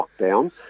lockdown